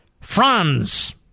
Franz